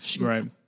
Right